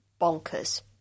bonkers